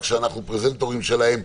כשאנחנו הפרזנטורים שלהם,